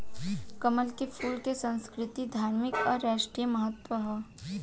कमल के फूल के संस्कृतिक, धार्मिक आ राष्ट्रीय महत्व ह